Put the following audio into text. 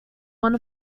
one